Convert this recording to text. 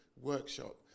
workshop